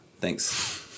Thanks